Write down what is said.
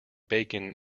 bacon